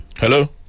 Hello